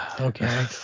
okay